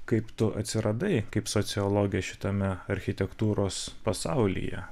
kaip tu atsiradai kaip sociologė šitame architektūros pasaulyje